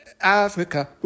Africa